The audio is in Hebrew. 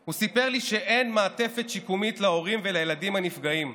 הוא סיפר לי שאין מעטפת שיקומית להורים ולילדים הנפגעים,